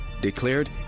declared